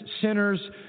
sinners